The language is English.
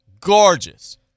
gorgeous